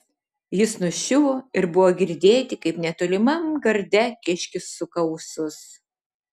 jis nuščiuvo ir buvo girdėti kaip netolimam garde kiškis suka ūsus